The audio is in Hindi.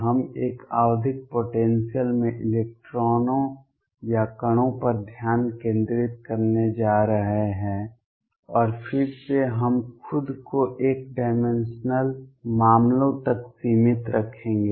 हम एक आवधिक पोटेंसियल में इलेक्ट्रॉनों या कणों पर ध्यान केंद्रित करने जा रहे हैं और फिर से हम खुद को एक डाइमेंशनल मामलों तक सीमित रखेंगे